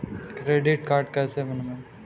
Credit card कैसे बनवाएँ?